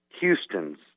Houston's